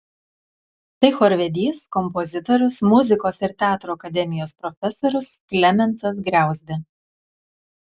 tai chorvedys kompozitorius muzikos ir teatro akademijos profesorius klemensas griauzdė